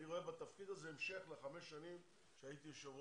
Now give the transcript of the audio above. אני רואה בתפקיד הזה המשך לחמש שנים שהייתי יו"ר